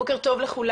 בוקר טוב לכולם,